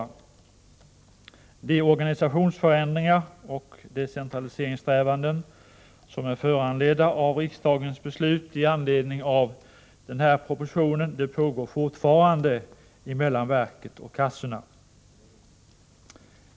De decentraliseringssträvanden och organisationsförändringar i verket och på kassorna som är föranledda av riksdagens beslut med anledning av proposition 127 pågår fortfarande.